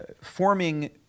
forming